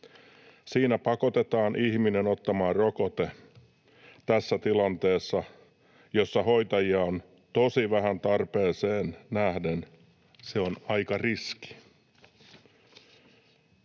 Siinä pakotetaan ihminen ottamaan rokote. Tässä tilanteessa, jossa hoitajia on tosi vähän tarpeeseen nähden, se on aika riski.”